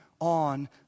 on